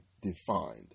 defined